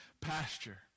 pasture